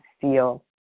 feel